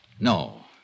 No